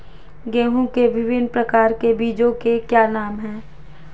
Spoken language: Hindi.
गेहूँ के विभिन्न प्रकार के बीजों के क्या नाम हैं?